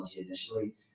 initially